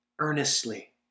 earnestly